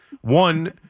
One